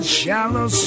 shallow